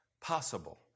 possible